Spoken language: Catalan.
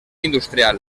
industrial